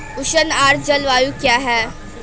उष्ण आर्द्र जलवायु क्या है?